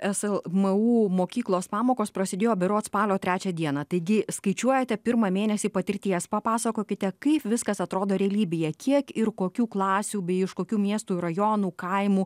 slmu mokyklos pamokos prasidėjo berods spalio trečią dieną taigi skaičiuojate pirmą mėnesį patirties papasakokite kaip viskas atrodo realybėje kiek ir kokių klasių bei iš kokių miestų ir rajonų kaimų